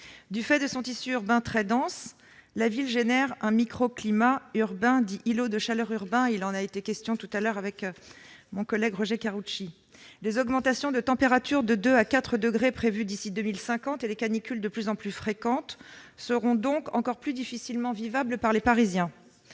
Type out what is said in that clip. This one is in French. Du fait de son tissu urbain très dense, la ville génère un microclimat urbain dit « îlot de chaleur urbain »- mon collègue Roger Karoutchi en a parlé. Les augmentations de températures de 2 à 4 degrés prévues d'ici à 2050 et les canicules de plus en plus fréquentes seront donc encore plus difficiles à vivre pour les Parisiens.